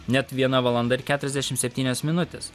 net viena valanda ir keturiasdešim septynios minutės